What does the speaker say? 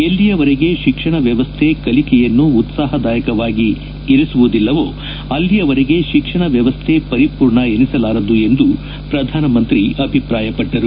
ಎಲ್ಲಿಯವರೆಗೆ ಶಿಕ್ಷಣ ವ್ಲವಸ್ಥೆ ಕಲಿಕೆಯನ್ನು ಉತ್ಸಾಹದಾಯಕವಾಗಿ ಇರಿಸುವುದಿಲ್ಲವೋ ಅಲ್ಲಿಯವರೆಗೆ ಶಿಕ್ಷಣ ವ್ಲವಸ್ಥೆ ಪರಿಪೂರ್ಣ ಎನಿಸಲಾರದು ಎಂದು ಅಭಿಪ್ರಾಯಪಟ್ಟರು